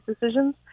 decisions